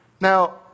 Now